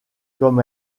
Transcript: comme